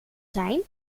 zijn